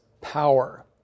power